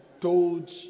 told